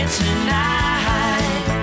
tonight